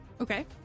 Okay